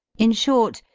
in short,